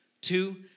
Two